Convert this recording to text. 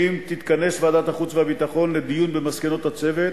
תתכנס ועדת החוץ והביטחון לדיון במסקנות הצוות